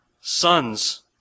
sons